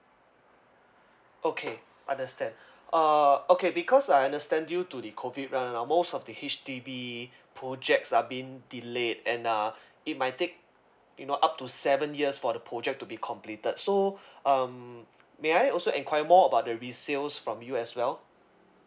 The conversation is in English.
okay understand uh okay because I understand due to the COVID right now most of the H_D_B projects are been delayed and uh it might take you know up to seven years for the project to be completed so um may I also enquire more about the resales from you as well